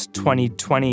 2020